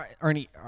Ernie